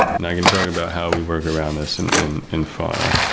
and i can talk about how we work around this and in in fauna.